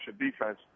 defense